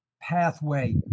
pathway